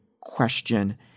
question